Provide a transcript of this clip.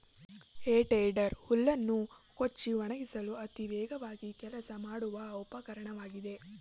ಹೇ tedder ಹುಲ್ಲನ್ನು ಕೊಚ್ಚಿ ಒಣಗಿಸಲು ಅತಿ ವೇಗವಾಗಿ ಕೆಲಸ ಮಾಡುವ ಉಪಕರಣವಾಗಿದೆ